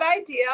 idea